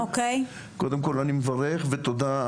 קודם כל אני מברך ותודה.